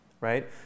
right